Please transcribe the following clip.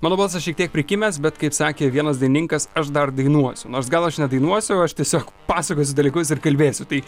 mano balsas šiek tiek prikimęs bet kaip sakė vienas dainininkas aš dar dainuosiu nors gal aš nedainuosiu aš tiesiog pasakosiu dalykus ir kalbėsiu tai